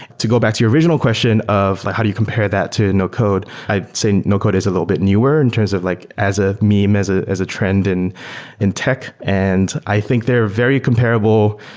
to go back to your original question of how do you compare that to no-code. i'd say no-code is a little bit newer in terms of like as a meme, as ah as a trend in in tech. and i think they're very comparable,